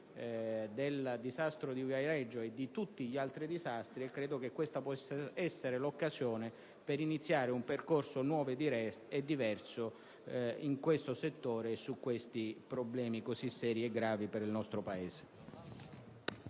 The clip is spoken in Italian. ferroviario di Viareggio e da tutti gli altri disastri. Credo che questa possa essere l'occasione per iniziare un percorso nuovo e diverso in questo settore per affrontare al meglio problemi così seri e gravi per il nostro Paese.